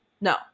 No